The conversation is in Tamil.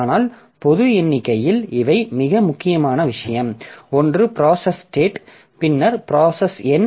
ஆனால் பொது எண்ணிக்கையில் இவை மிக முக்கியமான விஷயம் ஒன்று ப்ராசஸ் ஸ்டேட் பின்னர் ப்ராசஸ் எண்